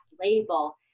label